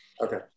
Okay